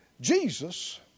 Jesus